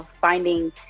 finding